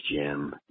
Jim